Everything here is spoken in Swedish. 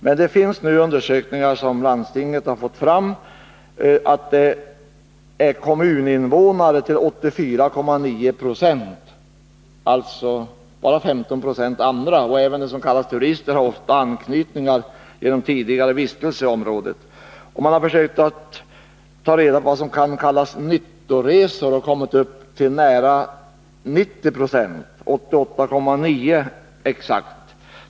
Men landstinget har nu genom en undersökning fått fram att det är kommuninvånare till 84,9 26. Det är alltså fråga om bara 15 20 andra resenärer. De som kallas turister har f. ö. ofta anknytning till området genom tidigare vistelse där. I undersökningen har man också försökt ta reda på vad som i det här sammanhanget kan kallas nyttoresor, och det har visat sig att sådana görs till nära 90 96 — 88,9 Io, för att vara exakt.